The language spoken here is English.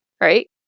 right